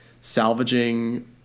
salvaging